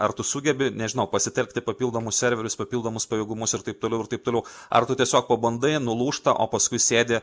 ar tu sugebi nežinau pasitelkti papildomus serverius papildomus pajėgumus ir taip toliau ir taip toliau ar tu tiesiog pabandai nulūžta o paskui sėdi